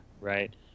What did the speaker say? Right